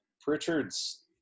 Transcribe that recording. Pritchard's